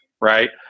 right